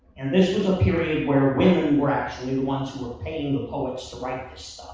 and this was a period where women were actually the ones who were paying the poets to write this